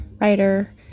writer